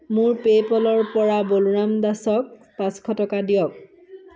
মোৰ পে'পলৰ পৰা বলোৰাম দাসক পাঁচশ টকা দিয়ক